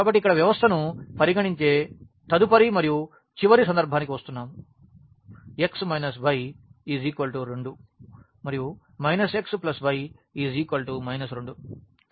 కాబట్టి ఇక్కడ వ్యవస్థను పరిగణించడానికి తదుపరి మరియు చివరి సందర్భానికి వస్తున్నాము x y 2 మరియు x y 2